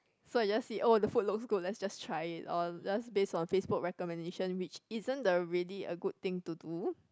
so I just see oh the food looks good let's just try it or just base on Facebook recommendation which isn't the really a good thing to do